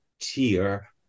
tier